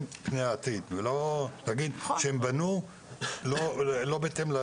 פני העתיד ולא להגיד שהם בנו לא בהתאם,